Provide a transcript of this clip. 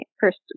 first